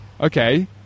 okay